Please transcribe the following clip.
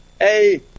Hey